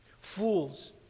Fools